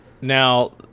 Now